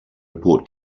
report